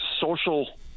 social